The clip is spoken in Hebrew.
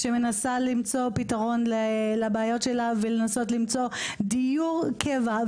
מנסה למצוא פתרון לבעיות שלה ולמצוא דיור קבע.